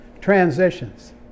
Transitions